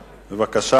בבקשה.